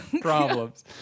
problems